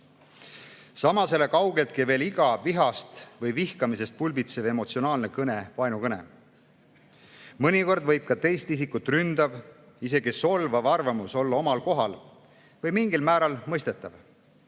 ei ole kaugeltki veel iga vihast või vihkamisest pulbitsev emotsionaalne kõne vaenukõne. Mõnikord võib ka teist isikut ründav, isegi solvav arvamus olla omal kohal või mingil määral mõistetav.